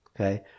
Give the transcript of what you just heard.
Okay